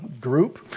group